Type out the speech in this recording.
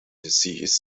disease